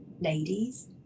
Ladies